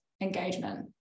engagement